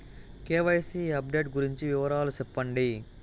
KYC update గురించి వివరాలు సెప్పండి?